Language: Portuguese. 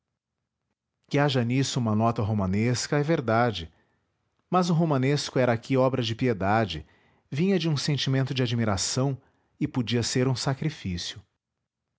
que haja nisso uma nota romanesca é verdade mas o romanesco era aqui obra de piedade vinha de um sentimento de admiração e podia ser um sacrifício